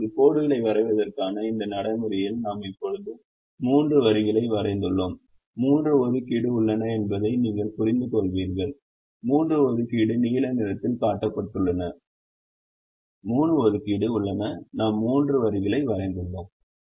இப்போது கோடுகளை வரைவதற்கான இந்த நடைமுறையில் நாம் இப்போது மூன்று வரிகளை வரைந்துள்ளோம் 3 ஒதுக்கீடு உள்ளன என்பதை நீங்கள் புரிந்துகொள்வீர்கள் 3 ஒதுக்கீடு நீல நிறத்தில் காட்டப்பட்டுள்ளன 3 ஒதுக்கீடு உள்ளன நாம் மூன்று வரிகளை வரைந்துள்ளோம்